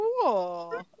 cool